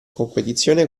competizione